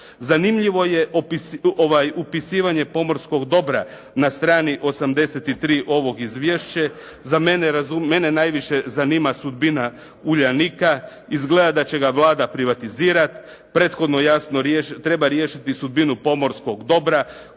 Zanimljivo je upisivanje pomorskog dobra na strani 83. ovog izvješća. Za mene, mene najviše zanima sudbina Uljanika. Izgleda da će ga Vlada privatizirati. Prethodno jasno treba riješiti sudbinu pomorskog dobra